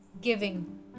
giving